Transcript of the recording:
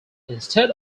instead